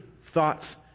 thoughts